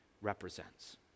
represents